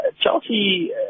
Chelsea